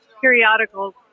periodicals